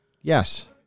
Yes